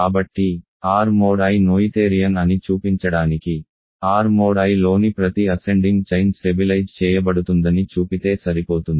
కాబట్టి R mod I Noetherian అని చూపించడానికి R mod Iలోని ప్రతి అసెండింగ్ చైన్ స్టెబిలైజ్ చేయబడుతుందని చూపితే సరిపోతుంది